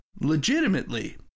Legitimately